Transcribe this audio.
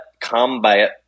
combat